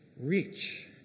rich